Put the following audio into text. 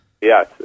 Yes